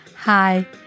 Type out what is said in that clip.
Hi